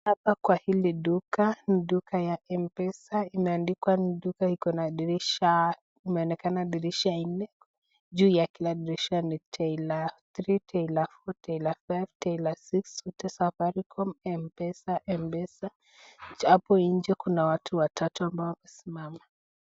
Hapa kwa hili duka, ni duka ya M-pesa imeandikwa ni duka iko na dirisha, imeonekana dirisha nne. Juu ya kila dirisha ni tailor 3, tailor 4, tailor 5, tailor 6, Safaricom, m-pesa . Hapo nje kuna watu watatu ambao wamesimama.